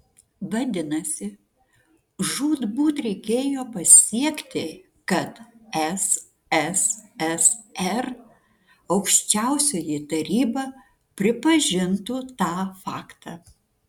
vadinasi žūtbūt reikėjo pasiekti kad sssr aukščiausioji taryba pripažintų tą faktą